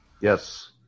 yes